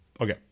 Okay